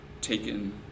taken